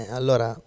Allora